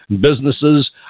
businesses